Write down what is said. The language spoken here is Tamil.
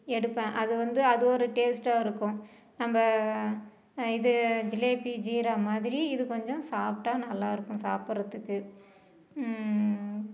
எடுப்பேன் அது வந்து அது ஒரு டேஸ்ட்டாக இருக்கும் நம்ம இது ஜிலேபி ஜீரா மாதிரி இது கொஞ்சம் சாஃப்ட்டா நல்லாயிருக்கும் சாப்பிட்றத்துக்கு